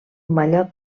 mallot